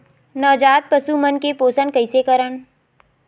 नवजात पशु मन के पोषण कइसे करन?